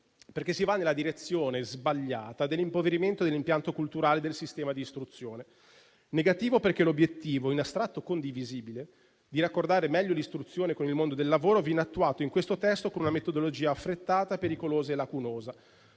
perché si va nella direzione sbagliata dell'impoverimento dell'impianto culturale del sistema di istruzione, sia perché l'obiettivo, in astratto condivisibile, di raccordare meglio l'istruzione con il mondo del lavoro viene attuato in questo testo con una metodologia affrettata, pericolosa e lacunosa.